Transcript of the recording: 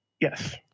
yes